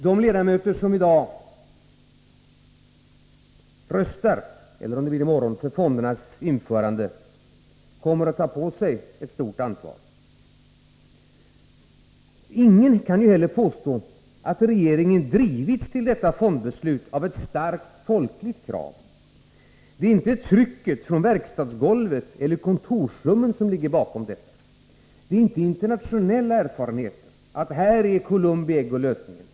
De ledamöter som röstar för fondernas införande tar på sig ett stort ansvar. Ingen kan påstå att regeringen drivits till detta fondbeslut av ett starkt, folkligt krav. Det är inte trycket från verkstadsgolvet eller kontorsrummen som ligger bakom detta förslag. Det är inte internationell erfarenhet som har talat för att man här har Columbi ägg och lösningen.